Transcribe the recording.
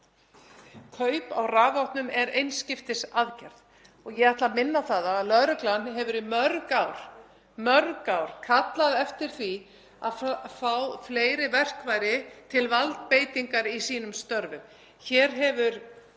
kaup á rafvopnum er einskiptisaðgerð. Ég ætla að minna á það að lögreglan hefur í mörg ár kallað eftir því að fá fleiri verkfæri til valdbeitingar í sínum störfum.